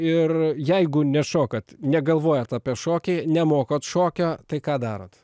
ir jeigu nešokat negalvojat apie šokį nemokot šokio tai ką darot